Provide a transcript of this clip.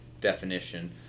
definition